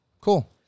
Cool